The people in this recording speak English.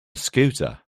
scooter